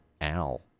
al